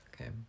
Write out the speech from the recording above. Okay